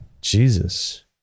jesus